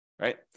right